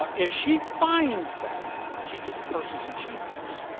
ah if she finds that, she gets purses and shoes.